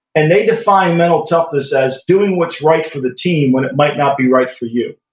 and they define mental toughness as doing what's right for the team when it might not be right for you.